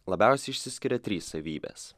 labiausiai išsiskiria trys savybės